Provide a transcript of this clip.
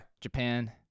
Japan